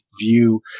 view